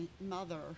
mother